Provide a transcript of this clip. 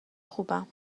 خوبم